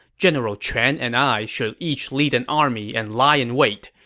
general quan and i should each lead an army and lie in wait.